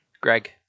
Greg